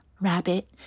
rabbit